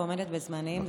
ועומדת בזמנים.